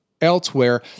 elsewhere